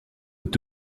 est